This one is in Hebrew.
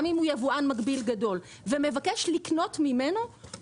גם אם הוא יבואן מקביל גדול ומבקש לקנות ממנו,